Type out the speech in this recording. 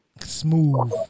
smooth